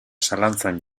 zalantzan